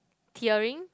tearing